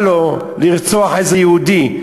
בא לו לרצוח איזה יהודי?